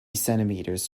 centimeters